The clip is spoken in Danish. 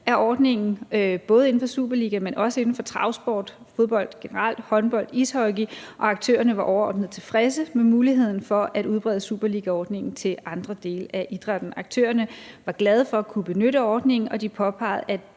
af ordningen, både inden for superligakampe, men også inden for travsport, fodbold generelt, håndbold, ishockey, og at aktørerne var overordnet tilfredse med muligheden for at udbrede superligaordningen til andre dele af idrætten. Aktørerne var glade for at kunne benytte ordningen; de påpegede